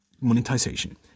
monetization